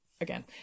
again